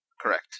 Correct